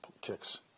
kicks